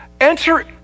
enter